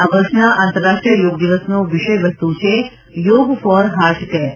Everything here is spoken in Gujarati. આ વર્ષના આંતરરાષ્ટ્રીય યોગ દિવસનો વિષય વસ્તુ છે યોગ ફોર હાર્ટ કેર